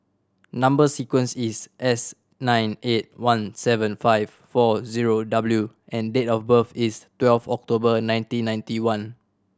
number sequence is S nine eight one seven five four zero W and date of birth is twelve October nineteen ninety one